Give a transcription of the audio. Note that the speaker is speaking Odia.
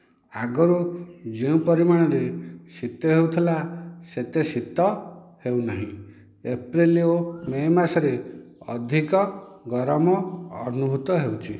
ଆଗରୁ ଯେଉଁ ପରିମାଣରେ ଶୀତ ହେଉଥିଲା ସେତେ ଶୀତ ହେଉନାହିଁ ଏପ୍ରିଲ ଓ ମେ ମାସରେ ଅଧିକ ଗରମ ଅନୁଭୂତ ହେଉଛି